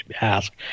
ask